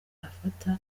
afata